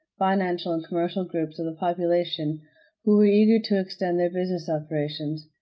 financial, and commercial groups of the population who were eager to extend their business operations.